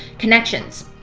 connections,